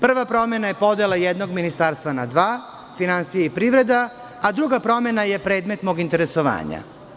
Prva promena je podela jednog ministarstva na dva, finansije i privreda, a druga promena je predmet mog interesovanja.